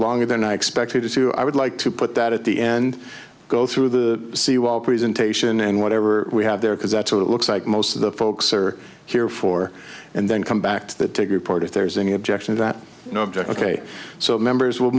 longer than i expected it to i would like to put that at the end go through the seawall presentation and whatever we have there because that's what it looks like most of the folks are here for and then come back to that bigger part if there's any objection that ok so members will